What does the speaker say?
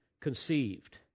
conceived